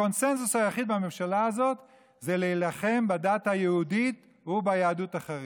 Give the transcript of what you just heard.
הקונסנזוס היחיד בממשלה הזאת זה להילחם בדת היהודית וביהדות החרדית.